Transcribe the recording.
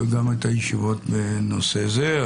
גם את הישיבות בנושא זה.